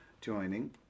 joining